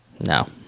No